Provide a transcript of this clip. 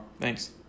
Thanks